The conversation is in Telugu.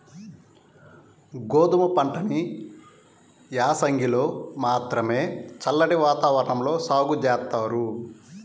గోధుమ పంటని యాసంగిలో మాత్రమే చల్లటి వాతావరణంలో సాగు జేత్తారు